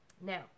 Now